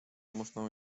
musnął